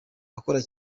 ukora